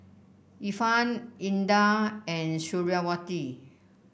Irfan Indah and Suriawati